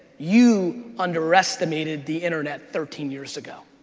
you underestimated the internet thirteen years ago.